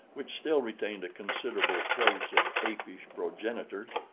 which still retained a considerable trace of apish progenitors.